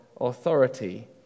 authority